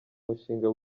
mushinga